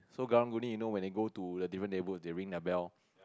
so karang-guni you know when they go to the different neighborhood they'll ring their bell